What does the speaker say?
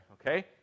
okay